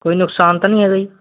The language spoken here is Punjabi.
ਕੋਈ ਨੁਕਸਾਨ ਤਾਂ ਨਹੀਂ ਹੈਗਾ ਜੀ